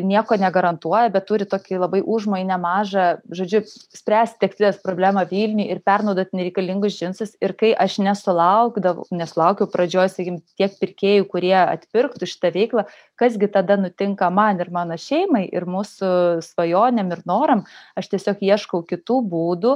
nieko negarantuoja bet turi tokį labai užmojį nemažą žodžiu spręsti tekstilės problemą vilniuj ir perduodate nereikalingus džinsus ir kai aš nesulaukdavau nesulaukiau pradžioj sakykim tiek pirkėjų kurie atpirktų šitą veiklą kas gi tada nutinka man ir mano šeimai ir mūsų svajonėm ir noram aš tiesiog ieškau kitų būdų